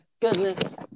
goodness